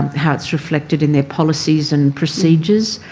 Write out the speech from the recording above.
how it's reflected in their policies and procedures,